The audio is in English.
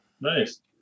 Nice